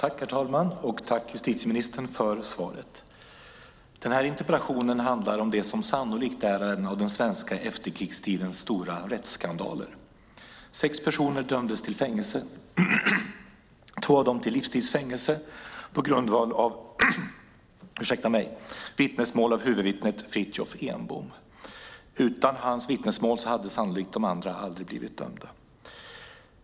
Herr talman! Tack, justitieministern, för svaret! Den här interpellationen handlar om vad som sannolikt är en av den svenska efterkrigstidens stora rättsskandaler. Sex personer dömdes till fängelse, två av dem till livstids fängelse, på grundval av vittnesmål av huvudvittnet Fritiof Enbom. Utan hans vittnesmål hade sannolikt de andra inte blivit dömda.